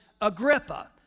Agrippa